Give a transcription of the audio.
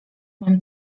mam